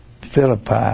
Philippi